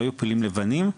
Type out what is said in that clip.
לא יהיו פילים לבנים.